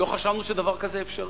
לא חשבנו שדבר כזה אפשרי.